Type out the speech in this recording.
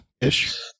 ish